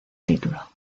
título